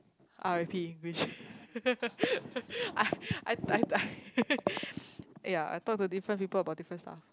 r_p which I I I I ya I talk to different people about different stuff